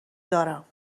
دارم